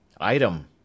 Item